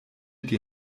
die